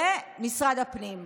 למשרד הפנים.